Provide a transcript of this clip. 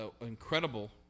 incredible